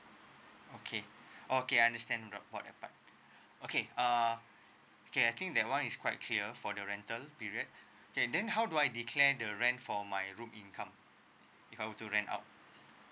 okay okay understand all the part okay uh okay I think that one is quite clear for the rental period okay then how do I declare the rent for my room income if I were to rent out